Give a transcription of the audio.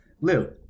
lou